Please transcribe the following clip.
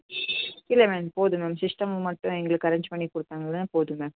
இல்லை மேம் போதும் ma'am system மட்டும் எங்களுக்கு அரேஞ்ச் பண்ணி கொடுத்தாங்கனா போதும் மேம்